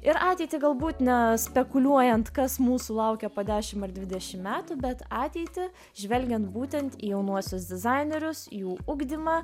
ir ateitį galbūt ne spekuliuojant kas mūsų laukia po dešim ar dvidešim metų bet ateitį žvelgiant būtent į jaunuosius dizainerius jų ugdymą